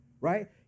right